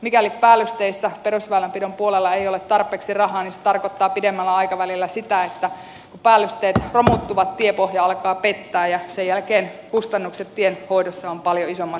mikäli päällysteissä perusväylänpidon puolella ei ole tarpeeksi rahaa niin se tarkoittaa pidemmällä aikavälillä sitä että päällysteet romuttuvat tiepohja alkaa pettää ja sen jälkeen kustannukset tien hoidossa ovat paljon isommat kuin tänä päivänä